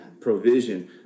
provision